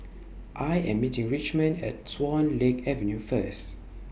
I Am meeting Richmond At Swan Lake Avenue First